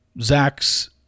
Zach's